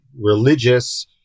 religious